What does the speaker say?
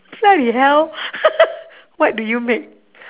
bloody hell what do you make